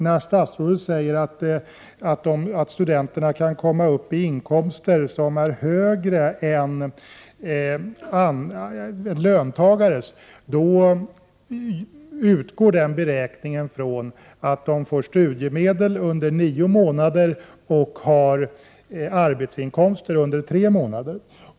När statsrådet säger att studenterna kan uppnå inkomster som är högre än löntagares, utgår han vid beräkningen från att de får studiemedel under nio månader och att de har arbetsinkomster under tre månader.